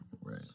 Right